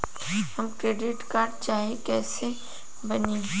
हमके credit card चाही कैसे बनी?